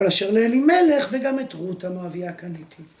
‫כל אשר לאלימלך וגם את רות ‫המואביה קניתי.